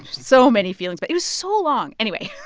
so many feelings. but it was so long. anyway,